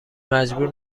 مجبور